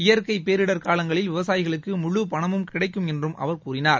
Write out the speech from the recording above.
இயற்கை பேரிடர் காலங்களில் விவசாயிகளுக்கு முழு பணமும் கிடைக்கும் என்று பிரதமர் கூறினார்